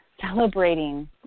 celebrating